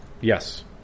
Yes